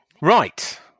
Right